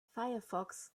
firefox